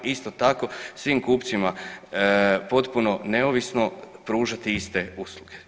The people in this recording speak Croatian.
Isto tako svim kupcima potpuno neovisno pružati iste usluge.